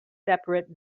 separate